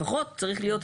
לפחות צריך להיות,